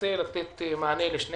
שינסה לתת מענה לשני